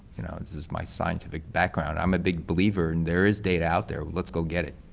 you know is is my scientific background, i'm a big believer in there is data out there, let's go get it.